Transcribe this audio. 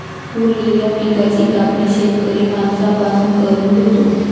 उरलेल्या पिकाची कापणी शेतकरी माणसां पासून करून घेतो